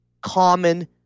common